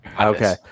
Okay